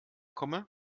komme